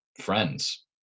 friends